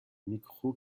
micro